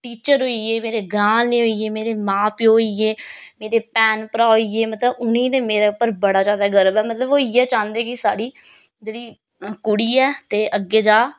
teacher होई गे मेरे ग्रांऽ आह्ले होई गे मेरे मां प्यो होई गे मेरे भैन भ्राऽ होई गे मतलब उ'नेंगी ते मेरे उप्पर बड़ा ज्यादा गर्व ऐ मतलब ओह् इ'यै चाह्ंदे कि साढ़ी जेह्ड़ी कुड़ी ऐ ते अग्गें जा